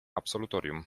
absolutorium